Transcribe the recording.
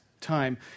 time